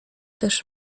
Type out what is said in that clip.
też